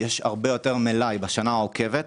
יש הרבה יותר מלאי בשנה העוקבת.